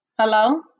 Hello